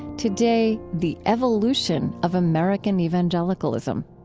today, the evolution of american evangelicalism.